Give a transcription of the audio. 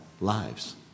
lives